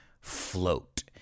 float